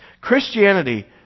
Christianity